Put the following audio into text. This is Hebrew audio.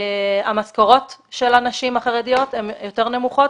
המשכורות של הנשים החרדיות הן יותר נמוכות,